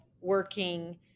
working